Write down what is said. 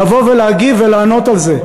לבוא ולהגיב ולענות על זה.